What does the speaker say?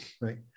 Right